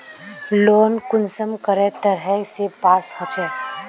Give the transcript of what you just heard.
Loan कुंसम करे तरह से पास होचए?